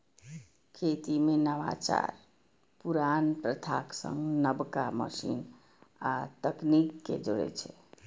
खेती मे नवाचार पुरान प्रथाक संग नबका मशीन आ तकनीक कें जोड़ै छै